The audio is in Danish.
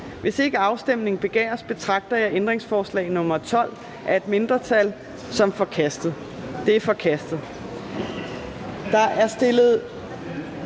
Hvis ikke afstemning begæres, betragter jeg ændringsforslag nr. 12 af et mindretal (V) som forkastet. Det er forkastet. Der er stillet